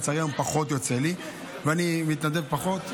לצערי היום יוצא לי פחות ואני מתנדב פחות,